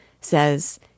Says